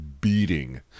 beating